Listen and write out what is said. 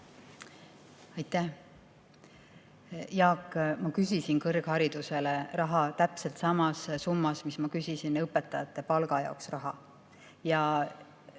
Aitäh! Jaak, ma küsisin kõrgharidusele raha täpselt samas summas, mida ma küsisin õpetajate palga jaoks raha.